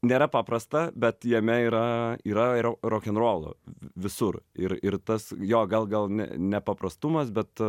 nėra paprasta bet jame yra yra ir rokenrolo v visur ir ir tas jo gal gal ne ne nepaprastumas bet